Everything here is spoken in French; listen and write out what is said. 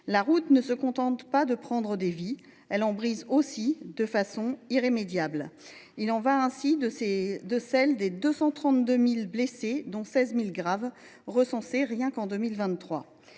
La route ne se contente pas de prendre des vies, elle en brise aussi de façon irrémédiable. Il en va ainsi de celles des 232 000 blessés, dont 16 000 graves, recensés rien qu’en 2023.